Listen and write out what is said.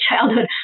childhood